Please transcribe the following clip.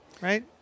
right